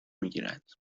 میگیرند